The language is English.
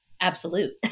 absolute